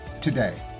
today